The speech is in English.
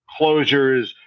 closures